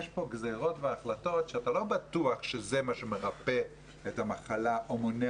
יש כאן גזרות והחלטות שאתה לא בטוח שזה מה שמרפא אך המחלה או מונע